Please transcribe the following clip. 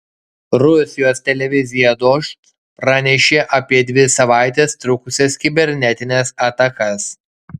rusijos televizija dožd pranešė apie dvi savaites trukusias kibernetines atakas